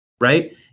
right